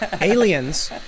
Aliens